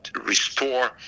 restore